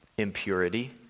impurity